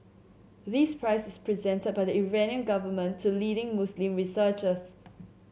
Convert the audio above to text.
this prize is presented by the Iranian government to leading Muslim researchers